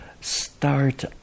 start